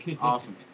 Awesome